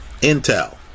Intel